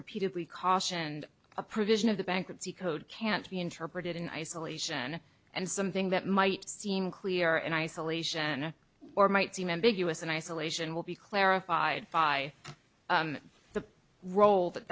repeatedly cautioned a provision of the bankruptcy code can't be interpreted in isolation and something that might seem clear and isolation or might seem ambiguous in isolation will be clarified by the role that